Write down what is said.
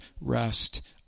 rest